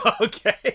Okay